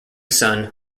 son